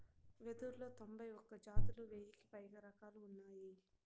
వెదురులో తొంభై ఒక్క జాతులు, వెయ్యికి పైగా రకాలు ఉన్నాయి